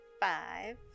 five